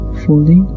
fully